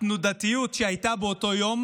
התנודתיות שהייתה באותו יום